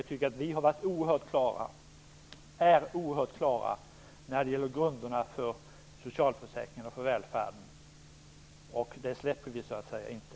Jag tycker att vi är oerhört tydliga när det gäller grunderna för socialförsäkringarna och välfärden, och det släpper vi inte.